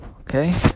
Okay